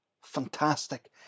Fantastic